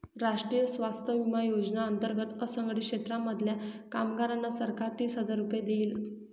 राष्ट्रीय स्वास्थ्य विमा योजने अंतर्गत असंघटित क्षेत्रांमधल्या कामगारांना सरकार तीस हजार रुपये देईल